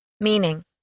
Meaning